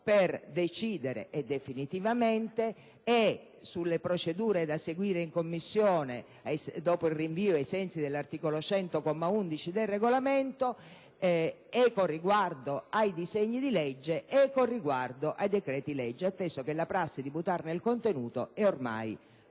per decidere definitivamente sulle procedure da seguire in Commissione, dopo il rinvio ai sensi dell'articolo 100, comma 11, del Regolamento, con riguardo sia ai disegni di legge che ai decreti‑legge, atteso che la prassi di votarne il contenuto è ormai